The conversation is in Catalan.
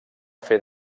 fer